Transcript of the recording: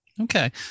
Okay